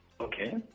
Okay